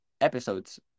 episodes